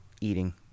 eating